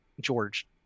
George